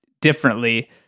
differently